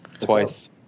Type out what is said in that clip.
Twice